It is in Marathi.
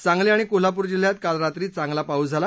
सांगली आणि कोल्हापूर जिल्ह्यात काल रात्री चांगला पाऊस झाला